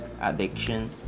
addiction